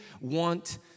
want